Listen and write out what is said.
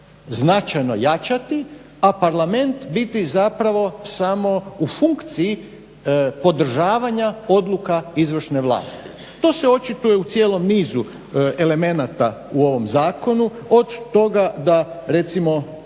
značajno jačati a parlament biti zapravo samo u funkciji podržavanja odluka izvršne vlasti. To se očituje u cijelom nizu elemenata u ovom zakonu. Od toga da recimo